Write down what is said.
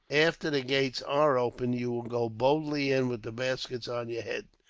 after the gates are opened, you will go boldly in with the baskets on your heads.